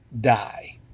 die